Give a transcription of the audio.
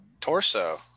Torso